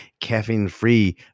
caffeine-free